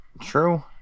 True